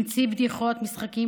המציא בדיחות, משחקים.